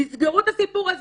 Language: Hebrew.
תסגרו את הסיפור הזה,